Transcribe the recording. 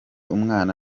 umwana